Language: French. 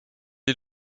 est